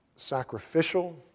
Sacrificial